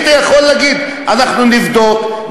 יכולת להגיד: אנחנו נבדוק,